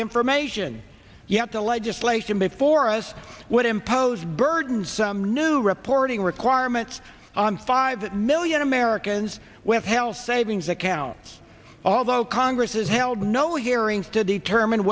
information you have to legislation before us would impose burdens some new reporting requirements on five million americans with health savings accounts although congress has held no hearings to determine